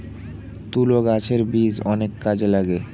তুলো গাছের বীজ অনেক কাজে লাগে